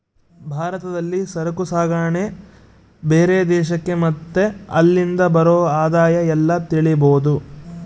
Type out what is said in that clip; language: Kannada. ಭಾರತದಲ್ಲಿ ಸರಕು ಸಾಗಣೆ ಬೇರೆ ದೇಶಕ್ಕೆ ಮತ್ತೆ ಅಲ್ಲಿಂದ ಬರೋ ಆದಾಯ ಎಲ್ಲ ತಿಳಿಬೋದು